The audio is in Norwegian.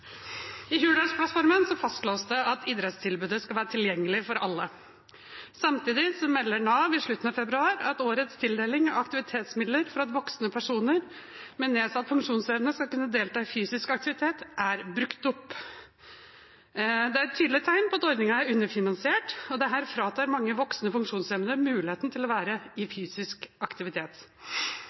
I Hurdalsplattformen fastslås det at idrettstilbudet skal være tilgjengelig for alle. Samtidig melder Nav i slutten av februar at årets tildeling av aktivitetsmidler for at voksne personer med nedsatt funksjonsevne skal kunne delta i fysisk aktivitet, er brukt opp. Det er et tydelig tegn på at ordningen er underfinansiert, og dette fratar mange voksne funksjonshemmede muligheten til å være i fysisk aktivitet.